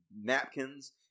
napkins